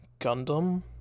Gundam